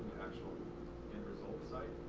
actual end result site?